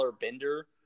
bender